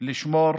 לשמור